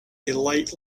light